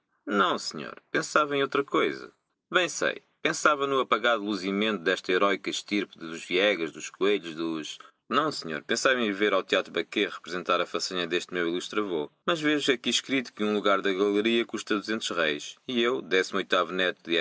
não senhor pensava em outra cousa bem sei pensava no apagado luzimento d'esta heroica estirpe dos viegas dos coelhos dos não senhor pensava em ir vêr ao theatro baquet representar a façanha d'este meu illustre avô mas vejo aqui escripto que um lugar da galeria custa duzentos reis e eu decimo oitavo neto